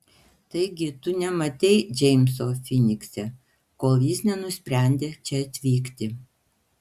taigi tu nematei džeimso finikse kol jis nenusprendė čia atvykti